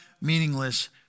meaningless